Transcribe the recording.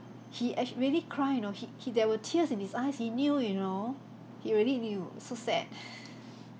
he actu~ really cry you know he he there were tears in his eyes he knew you know he really knew so sad